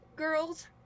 Girls